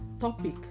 topic